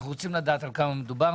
אנחנו רוצים לדעת על כמה מדובר,